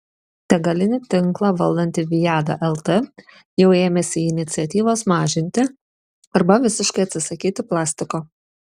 degalinių tinklą valdanti viada lt jau ėmėsi iniciatyvos mažinti arba visiškai atsisakyti plastiko